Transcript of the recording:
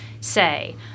say